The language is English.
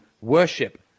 worship